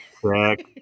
Correct